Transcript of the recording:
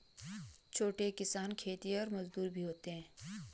छोटे किसान खेतिहर मजदूर भी होते हैं